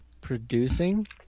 Producing